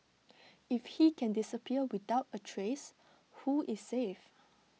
if he can disappear without A trace who is safe